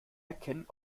erkennen